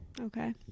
Okay